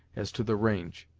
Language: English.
as to the range.